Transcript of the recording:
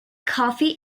coffee